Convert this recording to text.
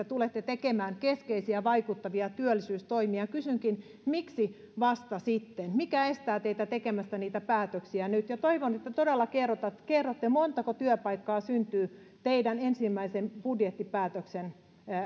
tulette tekemään keskeisiä vaikuttavia työllisyystoimia ja kysynkin miksi vasta sitten mikä estää teitä tekemästä niitä päätöksiä nyt ja toivon että todella kerrotte montako työpaikkaa syntyy teidän ensimmäisen budjettipäätöksen